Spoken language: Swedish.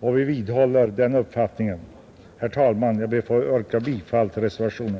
och vi vidhåller denna uppfattning. Herr talman! Jag ber att få yrka bifall till reservationen,